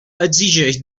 exigeix